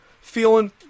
feeling